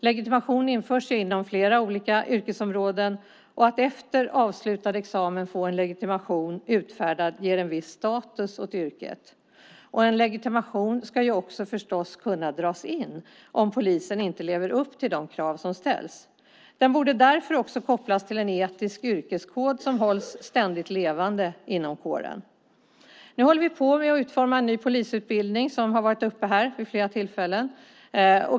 Legitimation införs inom flera olika yrkesområden. Att efter avslutad examen få en legitimation utfärdad ger en viss status åt yrket. En legitimation ska förstås också kunna dras in om polisen inte lever upp till de krav som ställs. Den borde därför också kopplas till en etisk yrkeskod som hålls ständigt levande inom kåren. Nu håller vi på att utforma en ny polisutbildning, som har tagits upp här vid flera tillfällen.